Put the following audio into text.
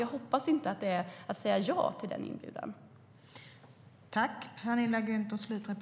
Jag hoppas att det inte är att säga ja till den inbjudan.